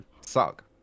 Suck